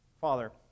Father